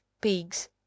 pigs